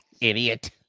Idiot